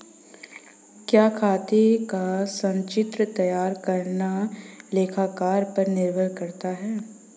क्या खाते का संचित्र तैयार करना लेखाकार पर निर्भर करता है?